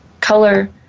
Color